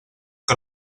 que